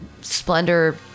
splendor